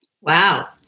Wow